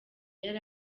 yari